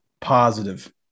Positive